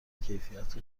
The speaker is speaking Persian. کیفیت